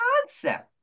concept